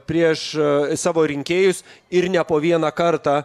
prieš savo rinkėjus ir ne po vieną kartą